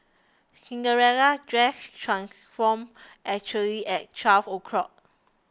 Cinderella's dress transformed exactly at twelve o' clock